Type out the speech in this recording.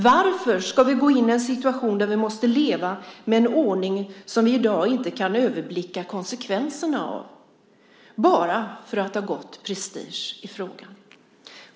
Varför ska vi gå in i en situation där vi måste leva med en ordning som vi i dag inte kan överblicka konsekvenserna av bara för att det har gått prestige i frågan?